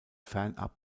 fernab